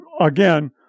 again